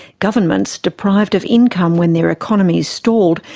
governments, deprived of income when their economies stalled,